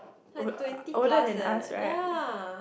o~ older than us right